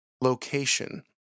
location